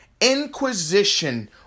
inquisition